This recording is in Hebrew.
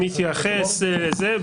שמתייחס לזה.